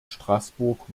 straßburg